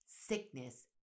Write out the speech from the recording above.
sickness